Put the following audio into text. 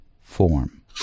form